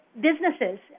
businesses